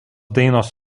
dainos